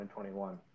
2021